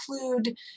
include